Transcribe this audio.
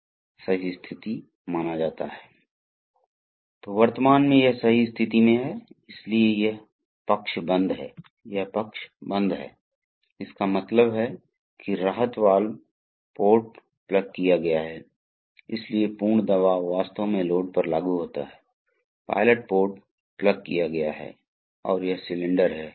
हमें ज़रूरत है हमारे पास जलाशय है तेल लगातार घूम रहा है इसलिए यह एक जलाशय से शुरू हो रहा है पंप तेल खींच रहा है और फिर इसे एक दबाव में वितरित कर रहा है और फिर यह सिस्टम से बह रहा है और फिर वापस आ रहा है जलाशय तक सही है